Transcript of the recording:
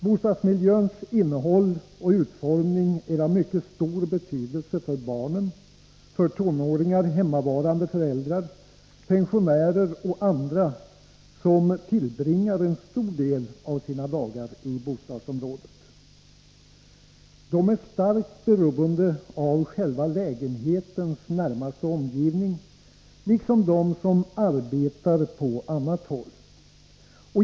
Bostadsmiljöns innehåll och utformning är av mycket stor betydelse för barn, tonåringar, hemmavarande föräldrar, pensionärer och andra som tillbringar en stor del av sina dagar i bostadsområdet. De är starkt beroende av själva lägenhetens närmaste omgivning — liksom de som arbetar på annat håll.